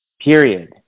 period